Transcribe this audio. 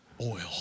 oil